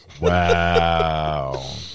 Wow